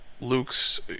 Luke's